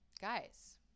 guys